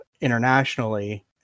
internationally